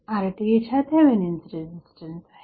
RTh हा Thevenin's resistance आहे